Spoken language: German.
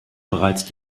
bereits